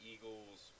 Eagles